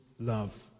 Love